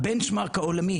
ה-Benchmark העולמי